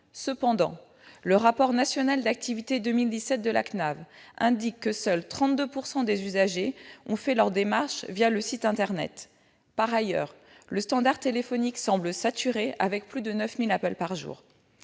Cependant, le rapport national d'activité 2017 de la CNAV indique que seuls 32 % des usagers ont fait leur démarche le site internet. Par ailleurs, le standard téléphonique semble saturé, avec plus de 9 000 appels par jour.